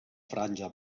franja